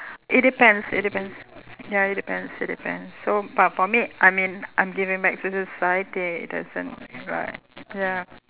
it depends it depends ya it depends it depends so but for me I mean I'm giving back to society it doesn't right ya